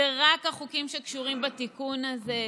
אלה רק החוקים שקשורים בתיקון הזה.